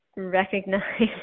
Recognize